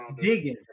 digging